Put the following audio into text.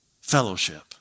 Fellowship